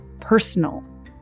personal